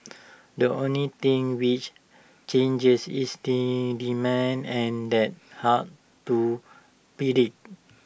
the only thing which changes is demand and hard to predict